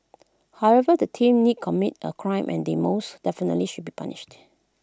however the team did commit A crime and they most definitely should be punished